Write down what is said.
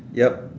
yup